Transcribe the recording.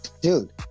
dude